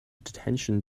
detention